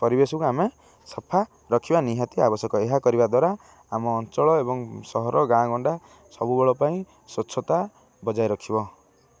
ପରିବେଶକୁ ଆମେ ସଫା ରଖିବା ନିହାତି ଆବଶ୍ୟକ ଏହା କରିବା ଦ୍ୱାରା ଆମ ଅଞ୍ଚଳ ଏବଂ ସହର ଗାଁ ଗଣ୍ଡା ସବୁବେଳ ପାଇଁ ସ୍ୱଚ୍ଛତା ବଜାଇ ରଖିବ